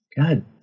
God